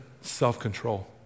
self-control